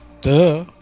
Duh